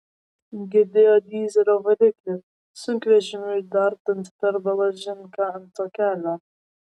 girdėjo dyzelio variklį sunkvežimiui dardant per balažin ką ant to kelio